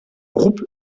groupe